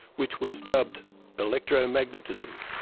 which was dubbed electromagnetism.